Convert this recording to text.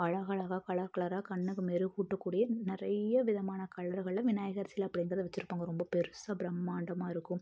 அழகழகாக கலர் கலராக கண்ணுக்கு மெருகூட்டக்கூடிய நிறைய விதமான கலர்களில் விநாயகர் சிலை அப்படிங்கறத வச்சிருப்பாங்க ரொம்பப் பெருசாக பிரம்மாண்டமாக இருக்கும்